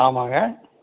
ஆமாங்க